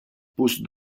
poste